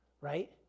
right